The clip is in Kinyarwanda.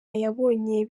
yabonye